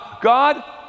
God